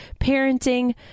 parenting